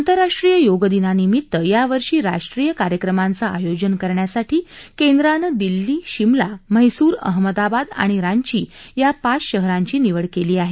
आंतरराष्ट्रीय योग दिनानिमित्त यावर्षी राष्ट्रीय कार्यक्रमांचं आयोजन करण्यासाठी केंद्रानं दिल्ली शिमला म्हैसूर अहमदाबाद आणि रांची या पाच शहरांची निवड केली आहे